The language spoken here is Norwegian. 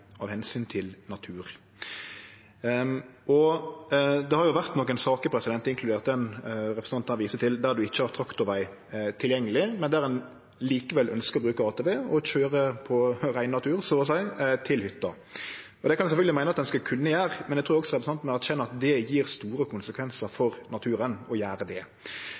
av omsyn til natur. Det har vore nokre saker, inkludert den representanten her viser til, der ein ikkje har traktorveg tilgjengeleg, men der ein likevel ønskjer å bruke ATV og køyre på rein natur, så å seie, til hytta. Det kan ein sjølvsagt meine at ein skal kunne gjere, men eg trur også representanten må erkjenne at det får store konsekvensar for naturen å gjere det.